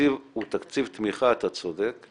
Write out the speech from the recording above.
התקציב הוא תקציב תמיכה, אתה צודק.